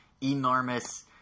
enormous